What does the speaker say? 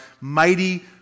mighty